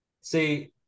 See